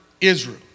Israel